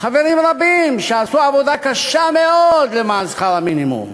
חברים רבים שעשו עבודה קשה מאוד למען שכר המינימום.